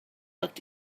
looked